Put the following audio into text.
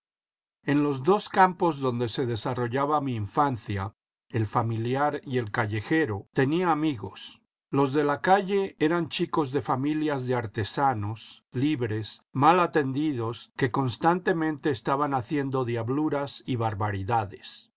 en los dos campos donde se desarrollaba mi infancia el familiar y el callejero tenía amigos los de la calle eran chicos de familias de artesanos libres mal atendidos que constantemente estaban haciendo diabluras y barbaridades